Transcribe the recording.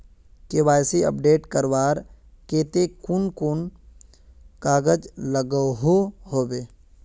KYC update करवार केते कुन कुन कागज लागोहो होबे?